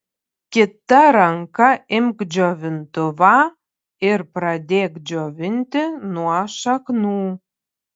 kita ranka imk džiovintuvą ir pradėk džiovinti nuo šaknų